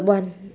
one